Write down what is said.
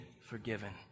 forgiven